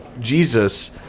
Jesus